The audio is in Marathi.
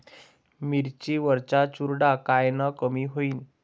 मिरची वरचा चुरडा कायनं कमी होईन?